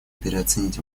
переоценить